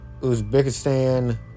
Uzbekistan